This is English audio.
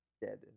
dead